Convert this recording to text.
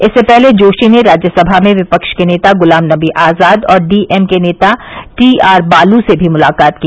इससे पहले जोशी ने राज्यसभा में विपक्ष के नेता गुलाम नबी आजाद और डीएमके नेता टीआर बालू से भी मुलाकात की